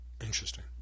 Interesting